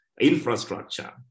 infrastructure